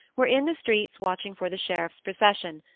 were in the streets watching for the sheriff's procession,